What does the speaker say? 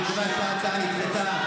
אני קובע שההצעה נדחתה.